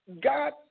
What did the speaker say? God